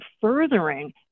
furthering